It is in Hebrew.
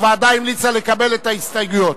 הוועדה המליצה לקבל את ההסתייגויות.